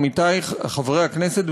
עמיתי חברי הכנסת,